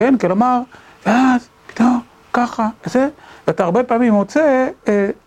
כן? כלומר, ואז, פתאום, ככה, וזה, ואתה הרבה פעמים מוצא, אהה...